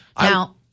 Now